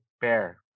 bear